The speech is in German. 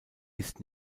ist